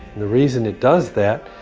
the reason it does that,